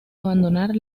abandonar